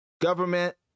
government